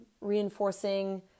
reinforcing